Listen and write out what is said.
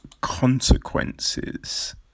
Consequences